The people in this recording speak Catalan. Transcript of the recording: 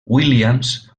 williams